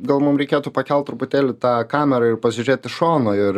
gal mum reikėtų pakelt truputėlį tą kamerą ir pažiūrėt iš šono ir